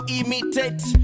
imitate